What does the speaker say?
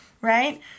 Right